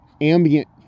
ambient